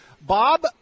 Bob